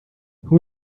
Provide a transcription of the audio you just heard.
who